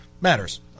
matters